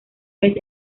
vez